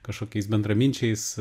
kažkokiais bendraminčiais